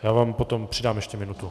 Já vám potom přidám ještě minutu.